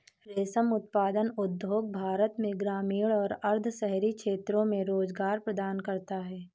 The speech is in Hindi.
रेशम उत्पादन उद्योग भारत में ग्रामीण और अर्ध शहरी क्षेत्रों में रोजगार प्रदान करता है